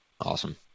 Awesome